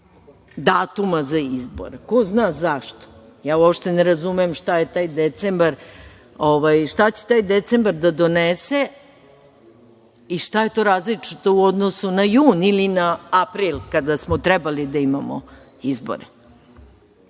datuma za izbore. Ko zna zašto? Uopšte ne razumem šta će taj decembar da donese i šta je to različito u odnosu na jun ili na april kada smo trebali da imamo izbore.U